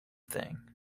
thing